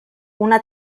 una